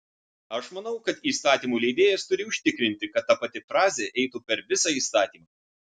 aš manau kad įstatymų leidėjas turi užtikrinti kad ta pati frazė eitų per visą įstatymą